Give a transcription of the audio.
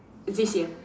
this year